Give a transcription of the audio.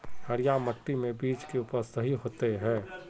हरिया मिट्टी में बीज के उपज सही होते है?